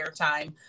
airtime